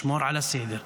לשמור על הסדר,